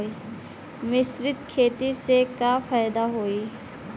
मिश्रित खेती से का फायदा होई?